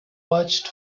watched